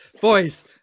Boys